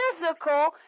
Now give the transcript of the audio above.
physical